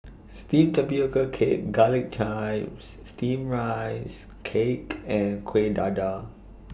Steamed Tapioca Cake Garlic Chives Steamed Rice Cake and Kuih Dadar